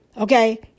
okay